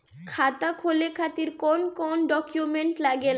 खाता खोले खातिर कौन कौन डॉक्यूमेंट लागेला?